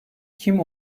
kim